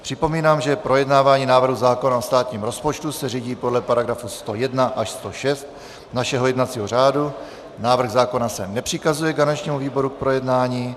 Připomínám, že projednávání návrhu zákona o státním rozpočtu se řídí podle § 101 až 106 našeho jednacího řádu, návrh zákona se nepřikazuje garančnímu výboru k projednání.